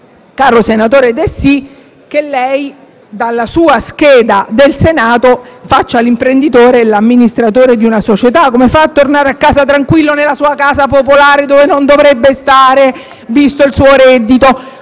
senatore Dessì, che lei, stando alla sua scheda del Senato, faccia l'imprenditore e l'amministratore di una società. Come fa a tornare a casa tranquillo nella sua casa popolare dove non dovrebbe stare, visto il suo reddito?